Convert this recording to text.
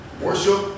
Worship